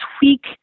tweak